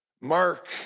Mark